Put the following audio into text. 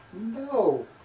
No